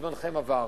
זמנכם עבר.